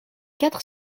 quatre